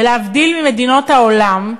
ולהבדיל ממדינות העולם,